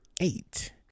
eight